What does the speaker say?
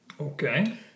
Okay